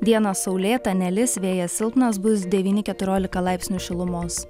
dieną saulėta nelis vėjas silpnas bus devyni keturiolika laipsnių šilumos